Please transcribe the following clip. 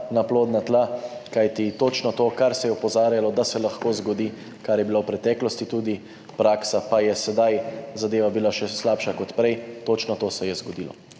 na plodna tla, kajti točno to, kar se je opozarjalo, da se lahko zgodi, kar je bilo v preteklosti tudi praksa, pa je sedaj zadeva bila še slabša kot prej, točno to se je zgodilo.